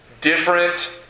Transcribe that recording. different